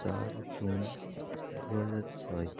চার জুন দুহাজার ছয়